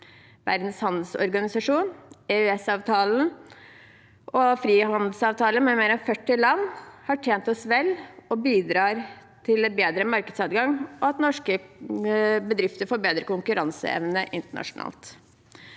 Verdens handelsorganisasjon, EØS-avtalen og frihandelsavtaler med mer enn 40 land, har tjent oss vel og bidrar til bedre markedsadgang, og at norske bedrifter får bedre konkurranseevne internasjonalt.